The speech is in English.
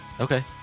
Okay